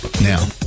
Now